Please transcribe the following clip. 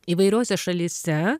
įvairiose šalyse